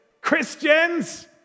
Christians